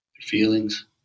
feelings